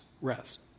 Rest